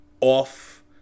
off